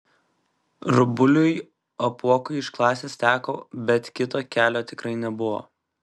rubuiliui apuokui iš klasės teko bet kito kelio tikrai nebuvo